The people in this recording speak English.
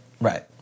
Right